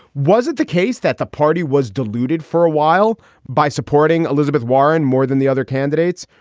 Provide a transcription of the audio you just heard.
was it the case that the party was deluded for a while by supporting elizabeth warren more than the other candidates?